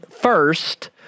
first